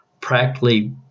practically